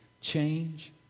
change